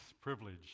privilege